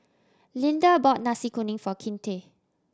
Lynda bought Nasi Kuning for Kinte